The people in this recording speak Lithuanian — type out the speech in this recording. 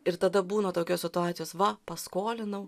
ir tada būna tokios situacijos va paskolinau